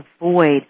avoid